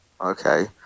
okay